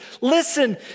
Listen